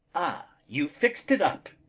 ah, you've fixed it up.